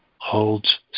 holds